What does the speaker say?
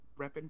repping